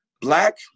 Black